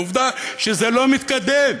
עובדה שזה לא מתקדם,